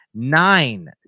Nine